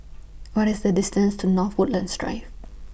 What IS The distance to North Woodlands Drive